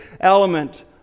element